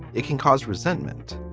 it can cause resentment.